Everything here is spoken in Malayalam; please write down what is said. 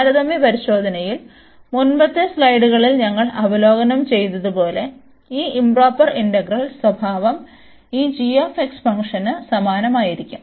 താരതമ്യ പരിശോധനയിൽ മുമ്പത്തെ സ്ലൈഡുകളിൽ ഞങ്ങൾ അവലോകനം ചെയ്തുപോലെ ഈ ഇoപ്രോപ്പർ ഇന്റഗ്രൽ സ്വഭാവം ഈ g ഫംഗ്ഷന് സമാനമായിരിക്കും